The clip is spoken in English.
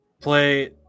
play